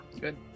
good